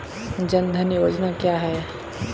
जनधन योजना क्या है?